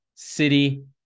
City